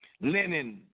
linen